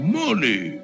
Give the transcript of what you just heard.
money